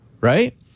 right